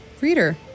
reader